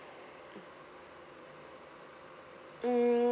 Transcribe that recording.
mm mm